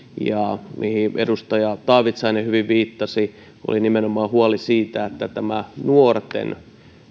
ja se mihin edustaja taavitsainen hyvin viittasi oli nimenomaan huoli siitä että näiden nuorten